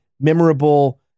memorable